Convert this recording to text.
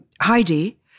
Heidi